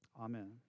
Amen